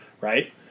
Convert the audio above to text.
right